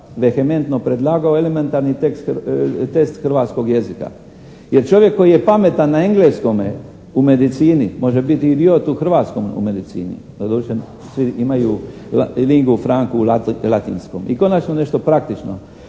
vehementno predlagao elementarni test hrvatskog jezika. Jer čovjek koji je pamet na engleskome u medicini može biti idiot u hrvatskoj medicini. Doduše, svi imaju lingu …/Govornik se ne razumije./… u latinskom. I konačno nešto praktično.